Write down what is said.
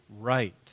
right